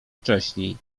wcześniej